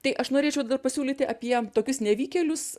tai aš norėčiau dar pasiūlyti apie tokius nevykėlius